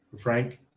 frank